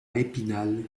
épinal